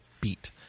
beat